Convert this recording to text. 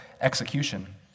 execution